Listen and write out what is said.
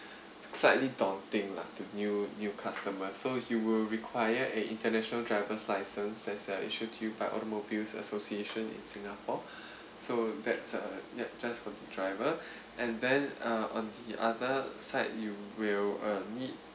slightly daunting lah to new new customers so you will require a international driver's license that's uh issued to you by automobiles association in singapore so that's a ya just for the driver and then uh on the other side you will uh need